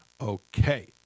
Okay